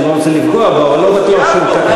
אני לא רוצה לפגוע בו אבל אני לא בטוח שהוא כתב,